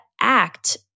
act